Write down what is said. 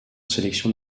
sélection